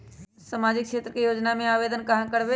सामाजिक क्षेत्र के योजना में आवेदन कहाँ करवे?